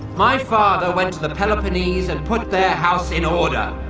my father went to the the peloponnese and put their house in order.